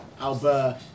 Albert